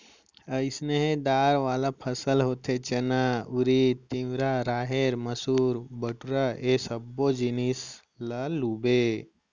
अइसने दार वाला फसल होथे चना, उरिद, तिंवरा, राहेर, मसूर, बटूरा ए सब्बो जिनिस ल लूबे